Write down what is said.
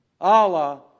Allah